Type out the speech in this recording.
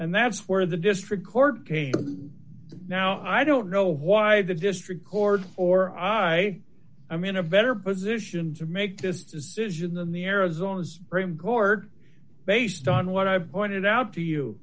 and that's where the district court case now i don't know why the district court or i i'm in a better position to make this decision than the arizona court based on what i pointed out to you